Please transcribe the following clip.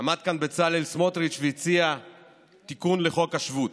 עמד כאן בצלאל סמוטריץ' והציע תיקון לחוק השבות,